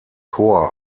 chor